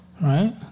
Right